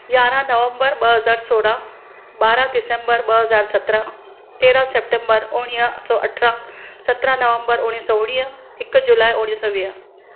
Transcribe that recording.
यारहां नवंबर ॿ हज़ार सोरहां ॿारहां दिसेंबर ॿ हज़ार सतरहां तेरहां सप्टेंबर उणिवीह सौ अरड़हां सतरहां नवंबर उणिवीह सौ उणिवीह हिकु जुलाए उणिवीह सौ वीह